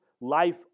life